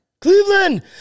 Cleveland